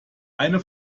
eine